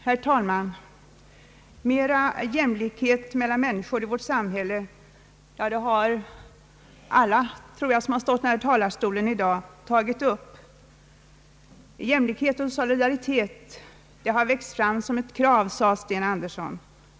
Herr talman! Större jämlikhet mellan människor i vårt samhälle är en fråga som jag tror att alla som stått i den här talarstolen i dag har tagit upp. Jämlikhet och solidaritet har växt fram som eit krav, sade herr Sten Andersson.